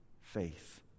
faith